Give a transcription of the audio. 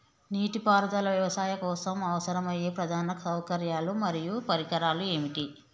నీటిపారుదల వ్యవసాయం కోసం అవసరమయ్యే ప్రధాన సౌకర్యాలు మరియు పరికరాలు ఏమిటి?